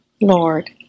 Lord